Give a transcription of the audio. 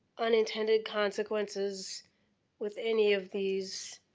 unintended consequences with any of these,